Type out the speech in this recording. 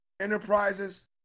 Enterprises